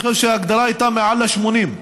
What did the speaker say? אני חושב שההגדרה הייתה מעל 80,